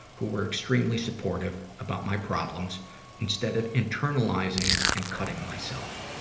who were extremely supportive about my problems instead of internalizing and cutting myself.